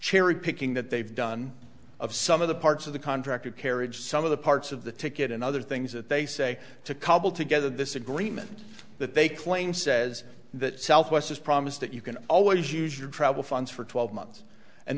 cherry picking that they've done of some of the parts of the contract of carriage some of the parts of the ticket and other things that they say to cobble together this agreement that they claim says that southwest has promised that you can always use your travel funds for twelve months and